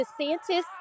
DeSantis